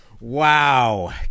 Wow